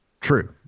true